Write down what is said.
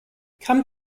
come